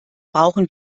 brauchen